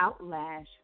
Outlash